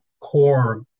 core